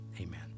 amen